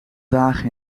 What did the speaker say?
dagen